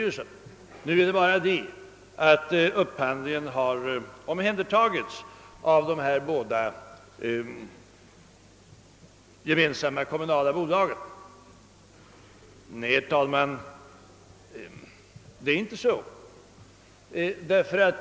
Den enda skillnaden skulle vara att upphandlingen anförtrotts åt de båda kommunägda bolagen. Nej, herr talman, det är inte så.